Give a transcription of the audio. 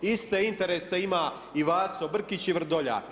Iste interese ima i Vaso Brkić i Vrdoljak.